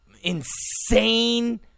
insane